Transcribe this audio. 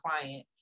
client